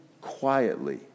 quietly